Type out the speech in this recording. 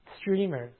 streamers